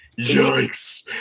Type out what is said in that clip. Yikes